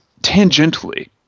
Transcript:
tangentially